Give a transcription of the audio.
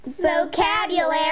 Vocabulary